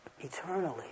eternally